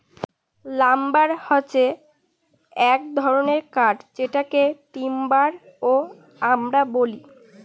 lumber হছে এক ধরনের কাঠ যেটাকে টিম্বার ও আমরা বলি